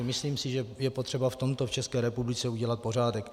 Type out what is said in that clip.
Myslím si, že je potřeba v tomto v České republice udělat pořádek.